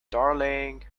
darling